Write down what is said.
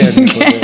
אני יכול,